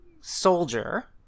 soldier